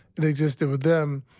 it existed with them.